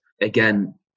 again